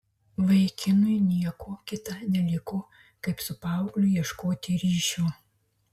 vaikinui nieko kita neliko kaip su paaugliu ieškoti ryšio